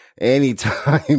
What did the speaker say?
anytime